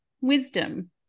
wisdom